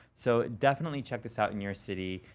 so, definitely check this out in your city.